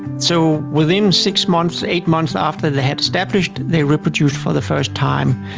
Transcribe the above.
so within six months, eight months after they had established they reproduced for the first time.